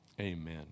amen